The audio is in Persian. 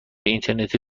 اینترنتی